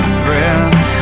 breath